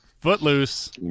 Footloose